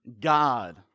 God